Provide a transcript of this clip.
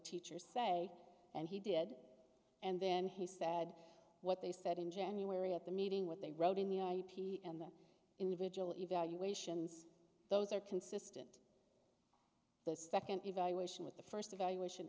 teachers say and he did and then he said what they said in january at the meeting what they wrote in the p and the individual evaluations those are consistent the second evaluation with the first evaluation